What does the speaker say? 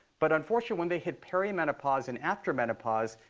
but unfortunately, when they hit perimenopause and after menopause,